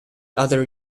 other